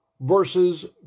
versus